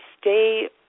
stay